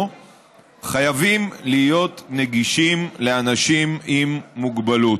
חייבים להיות נגישים לאנשים עם מוגבלות.